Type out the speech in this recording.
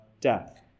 death